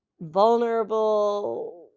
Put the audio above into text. vulnerable